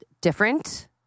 different